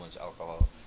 alcohol